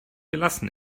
gelassen